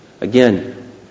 Again